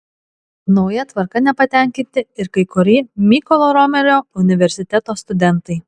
nauja tvarka nepatenkinti ir kai kurie mykolo romerio universiteto studentai